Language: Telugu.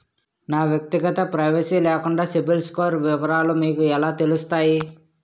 నా వ్యక్తిగత ప్రైవసీ లేకుండా సిబిల్ స్కోర్ వివరాలు మీకు ఎలా తెలుస్తాయి?